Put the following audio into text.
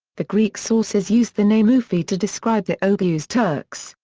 the greek sources used the name oufi to describe the oghuz turks,